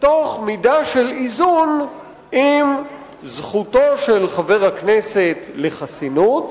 תוך מידה של איזון עם זכותו של חבר הכנסת לחסינות,